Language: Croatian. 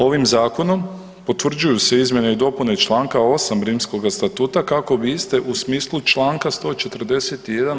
Ovim Zakonom potvrđuju se izmjene i dopune članka 8. Rimskoga statuta kako bi iste u smislu članka 141.